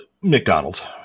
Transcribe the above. McDonald's